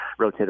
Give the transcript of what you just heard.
rotator